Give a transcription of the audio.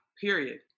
Period